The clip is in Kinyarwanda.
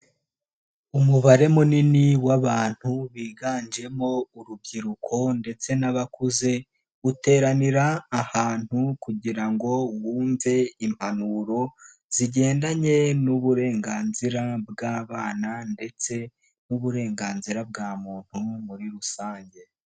Umubare munini w'abantu biganjemo urubyiruko ndetse n'abakuze, uteranira ahantu kugira ngo wumve impanuro zigendanye n'uburenganzira bw'abana ndetse n'uburenganzira bwa muntu muri rusange.